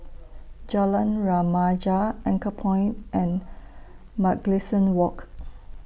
Jalan Remaja Anchorpoint and Mugliston Walk